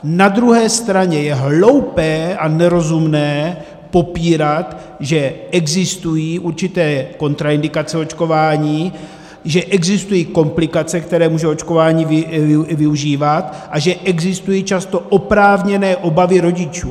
Na druhé straně je hloupé a nerozumné popírat, že existují určité kontraindikace očkování, že existují komplikace, které může očkování využívat (?), a že existují často oprávněné obavy rodičů.